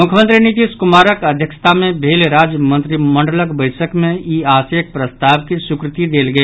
मुख्यमंत्री नीतीश कुमारक अध्यक्षता मे भेल राज्य मंत्रिमंडलक बैसक मे ई आश्रयक प्रस्ताव के स्वीकृति देल गेल